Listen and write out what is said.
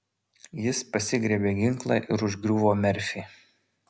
jis pasigriebė ginklą ir užgriuvo merfį